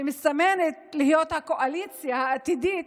שמסתמנת להיות הקואליציה העתידית,